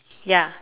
ya